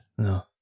No